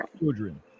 children